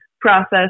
process